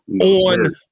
on